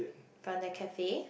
from that cafe